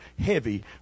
heavy